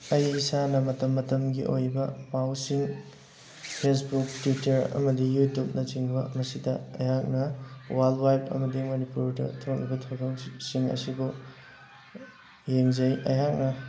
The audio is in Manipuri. ꯑꯩ ꯏꯁꯥꯅ ꯃꯇꯝ ꯃꯇꯝꯒꯤ ꯑꯣꯏꯕ ꯄꯥꯎꯁꯤꯡ ꯐꯦꯁꯕꯨꯛ ꯇ꯭ꯋꯤꯇꯔ ꯑꯃꯗꯤ ꯌꯨꯇ꯭ꯌꯨꯕꯅꯆꯤꯡꯕ ꯃꯁꯤꯗ ꯑꯩꯍꯥꯛꯅ ꯋꯥꯔꯜ ꯋꯥꯏꯠ ꯑꯃꯗꯤ ꯃꯅꯤꯄꯨꯔꯗ ꯊꯣꯛꯂꯤꯕ ꯊꯧꯗꯣꯛꯁꯤꯡ ꯑꯁꯤꯕꯨ ꯌꯦꯡꯖꯩ ꯑꯩꯍꯥꯛꯅ